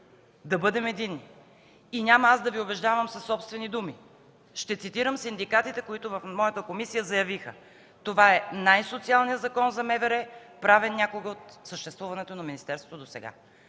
да бъдем единни. Няма аз да Ви убеждавам със собствени думи, ще цитирам синдикатите, които в моята комисия заявиха: „Това е най-социалният Закон за МВР, правен някога от съществуването на министерството досега.”